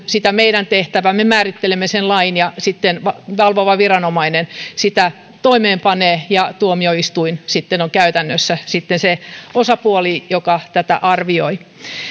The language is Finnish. sitä meidän tehtäväämme me määrittelemme lain ja sitten valvova viranomainen sitä toimeenpanee ja tuomioistuin sitten on käytännössä se osapuoli joka tätä arvioi